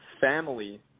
family